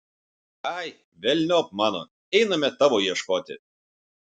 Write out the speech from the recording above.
ai velniop mano einame tavo ieškoti